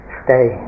stay